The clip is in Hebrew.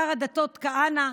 שר הדתות כהנא,